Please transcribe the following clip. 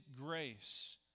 grace